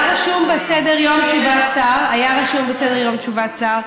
היה רשום בסדר-היום, תשובת שר.